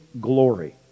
glory